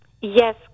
Yes